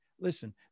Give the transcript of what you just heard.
listen